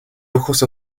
ojos